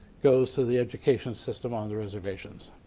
goes to the education system on the reservations.